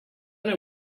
know